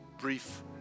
brief